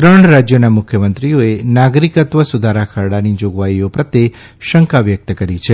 ત્રણ રાજયોના મુખ્યમંત્રીઓએ નાગરિક્ત્વ સુધારા ખરડાની જાગવાઇઓ પ્રત્યે શંકા વ્યકત કરી છે